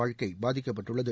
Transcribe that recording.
வாழ்க்கை பாதிக்கப்பட்டுள்ளது